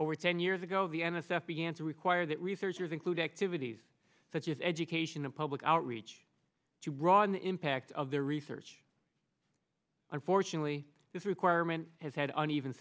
over ten years ago the n s f began to require that researchers include activities such as education and public outreach to broaden impact of their research unfortunately this requirement has had an even